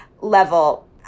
level